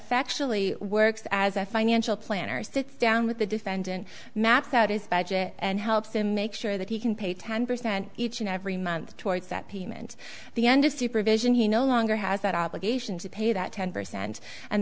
nally works as a financial planner sits down with the defendant maps out his budget and helps him make sure that he can pay ten percent each and every month towards that payment the end of the provision he no longer has that obligation to pay that ten percent and